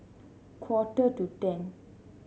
quarter to ten